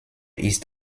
ist